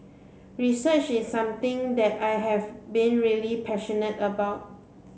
research is something that I have been really passionate about